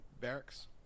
barracks